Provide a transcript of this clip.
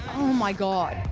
my god,